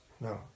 no